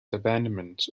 abandonment